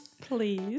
Please